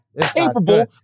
capable